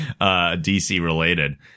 DC-related